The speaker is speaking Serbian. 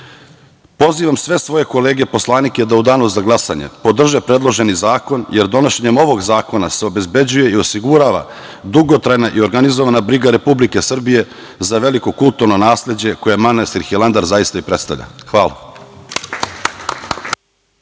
izvora. Pozivam sve svoje kolege poslanike da u Danu za glasanje podrže predloženi zakon, jer donošenjem ovog zakona se obezbeđuje i osigurava dugotrajna i organizovana briga Republike Srbije za veliko kulturno nasleđe koje manastir Hilandar zaista i predstavlja. Hvala.